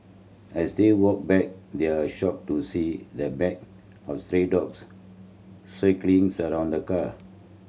as they walked back they are shocked to see the pack of stray dogs circling around the car